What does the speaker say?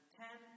ten